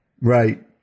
right